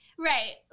Right